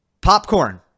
Popcorn